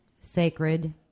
Sacred